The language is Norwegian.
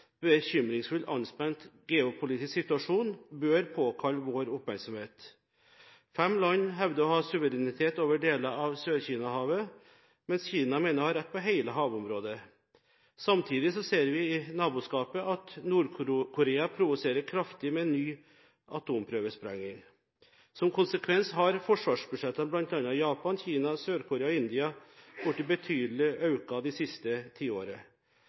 anspent geopolitisk situasjon bør påkalle vår oppmerksomhet. Fem land hevder å ha suverenitet over deler av Sør-Kina-havet, mens Kina mener å ha rett på hele havområdet. Samtidig ser vi at Nord-Korea provoserer naboskapet kraftig med ny atomprøvesprengning. Som konsekvens har forsvarsbudsjettene bl.a. i Japan, Kina, Sør-Korea og India økt betydelig det siste